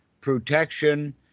protection